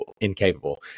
incapable